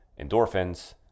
endorphins